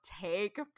take